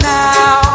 now